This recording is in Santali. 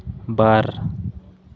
ᱵᱟᱨ